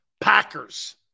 Packers